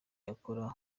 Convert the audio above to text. akora